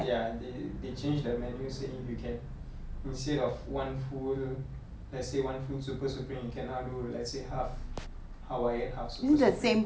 ya they they changed the menu saying you can instead of one full let's say one full super supreme can now do let's say half hawaiian half super supreme